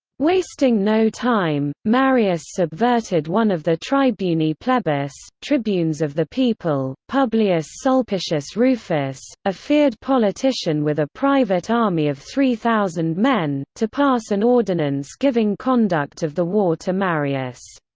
wasting no time, marius subverted one of the tribuni plebis, tribunes of the people, publius sulpicius rufus, a feared politician with a private army of three thousand men, to pass an ordinance giving conduct of the war to marius.